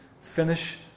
finish